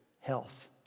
health